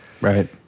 Right